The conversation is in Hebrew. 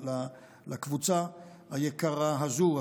לקבוצה היקרה הזו,